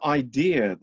idea